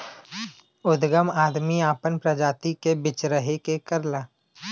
उदगम आदमी आपन प्रजाति के बीच्रहे के करला